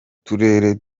turere